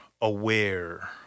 aware